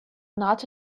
not